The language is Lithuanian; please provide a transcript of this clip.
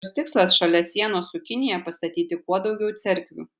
jos tikslas šalia sienos su kinija pastatyti kuo daugiau cerkvių